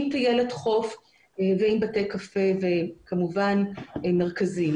עם טיילת חוף ועם בתי קפה וכמובן מרכזים.